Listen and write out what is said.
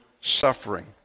suffering